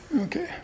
Okay